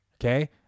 Okay